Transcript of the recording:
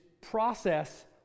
process